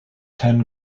ten